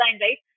right